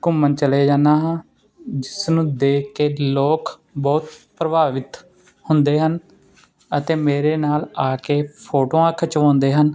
ਘੁੰਮਣ ਚਲੇ ਜਾਂਦਾ ਹਾਂ ਜਿਸ ਨੂੰ ਦੇਖ ਕੇ ਲੋਕ ਬਹੁਤ ਪ੍ਰਭਾਵਿਤ ਹੁੰਦੇ ਹਨ ਅਤੇ ਮੇਰੇ ਨਾਲ ਆ ਕੇ ਫੋਟੋਆਂ ਖਿਚਵਾਉਂਦੇ ਹਨ